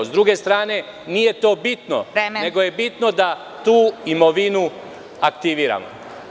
Sa druge strane, nije to bitno nego je bitno da tu imovinu aktiviramo.